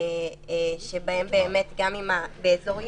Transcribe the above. שגם אם הם באזור ירוק,